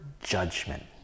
judgment